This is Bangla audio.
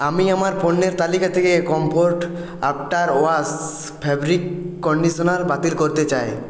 আমি আমার পণ্যের তালিকা থেকে Comfort after wash fabric conditioner বাতিল করতে চাই